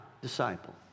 disciple